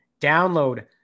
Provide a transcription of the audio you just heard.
Download